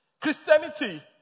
Christianity